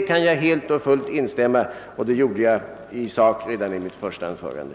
— kan jag helt och fullt instämma, och det innebar i sak redan vad jag sade i mitt första anförande.